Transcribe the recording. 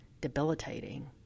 debilitating